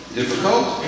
difficult